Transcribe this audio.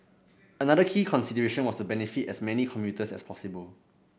another key consideration was to benefit as many commuters as possible